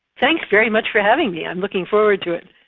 thanks very much for having me. i'm looking forward to it.